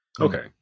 Okay